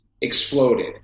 exploded